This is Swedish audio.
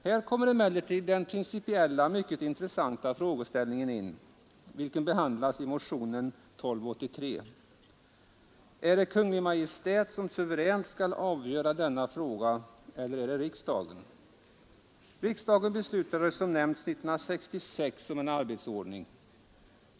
Här kommer emellertid den principiella och mycket intressanta frågeställningen in som behandlas i motionen 1238 år 1973: Är det Kungl. Maj:t som suveränt skall avgöra denna fråga, eller är det riksdagen? Som nämnts beslutade riksdagen 1966 om en arbetsordning.